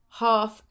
half